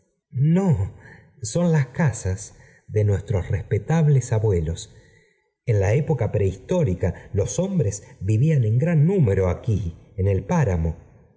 no son las casas de nuestros respetables p abuelos en la época prehistórica los hombres vijp vían en gran número aquí en el páramo